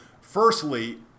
firstly